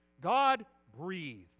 God-breathed